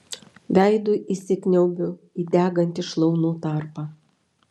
veidu įsikniaubiu į degantį šlaunų tarpą